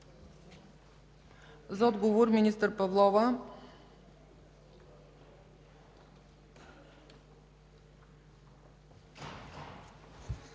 За отговор – министър Павлова.